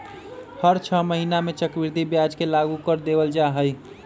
हर छ महीना में चक्रवृद्धि ब्याज के लागू कर देवल जा हई